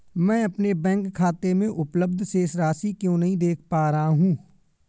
मैं अपने बैंक खाते में उपलब्ध शेष राशि क्यो नहीं देख पा रहा हूँ?